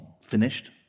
finished